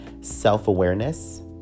self-awareness